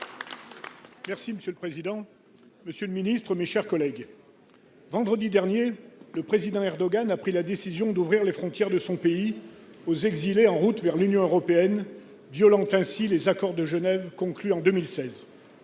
Monsieur le président, monsieur le ministre, mes chers collègues, vendredi dernier, le président Erdogan a pris la décision d'ouvrir les frontières de son pays aux exilés en route vers l'Union européenne, violant ainsi les accords de Genève conclus en 2016.